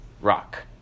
rock